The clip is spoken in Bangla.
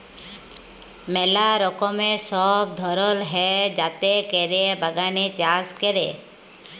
ম্যালা রকমের সব ধরল হ্যয় যাতে ক্যরে বাগানে চাষ ক্যরে